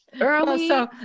early